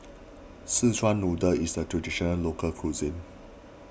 Szechuan Noodle is a Traditional Local Cuisine